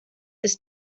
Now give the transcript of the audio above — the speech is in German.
ist